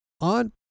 On